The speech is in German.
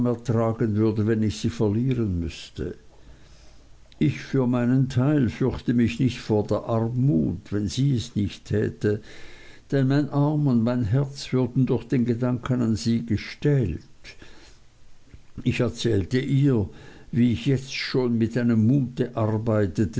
ertragen würde wenn ich sie verlieren müßte ich für meinen teil fürchte mich nicht vor der armut wenn sie es nicht täte denn mein arm und mein herz würden durch den gedanken an sie gestählt ich erzählte ihr wie ich schon jetzt mit einem mute arbeitete